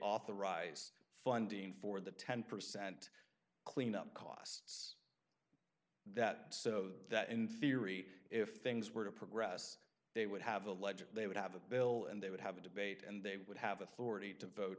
authorize funding for the ten percent cleanup cost that so that in theory if things were to progress they would have a legit they would have a bill and they would have a debate and they would have a